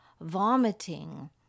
vomiting